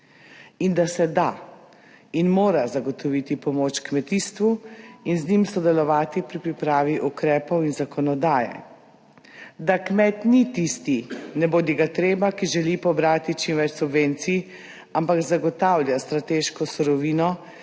In da se da in mora zagotoviti pomoč kmetijstvu in z njim sodelovati pri pripravi ukrepov in zakonodaje. Da kmet ni tisti nebodigatreba, ki želi pobrati čim več subvencij, ampak zagotavlja strateško surovino,